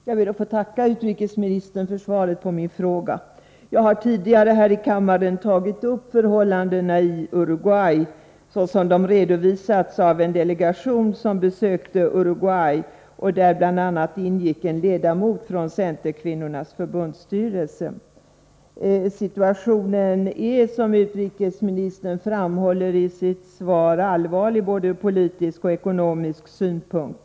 Herr talman! Jag ber att få tacka utrikesministern för svaret på min fråga. Jag har tidigare här i kammaren tagit upp förhållandena i Uruguay såsom I de redovisades av en delegation som besökte landet, vari bl.a. ingick en ledamot av styrelsen för Centerns kvinnoförbund. | Situationen i Uruguay är, som utrikesministern framhåller i sitt svar, allvarlig både ur politisk och ur ekonomisk synpunkt.